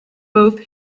both